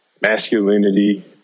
masculinity